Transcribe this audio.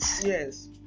Yes